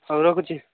ହଉ ରଖୁଛି